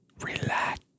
Relax